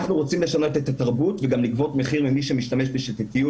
אנחנו רוצים לשנות את התרבות וגם לגבות מחיר ממי שמשתמש בשיטתיות